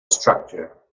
structure